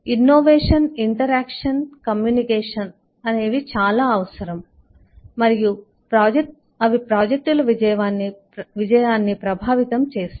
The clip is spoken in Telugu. ఇన్నోవేషన్ ఇంటరాక్షన్ కమ్యూనికేషన్ అనేవి చాలా అవసరం మరియు అవిప్రాజెక్టుల విజయాన్ని ప్రభావితం చేస్తాయి